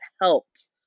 helped